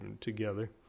together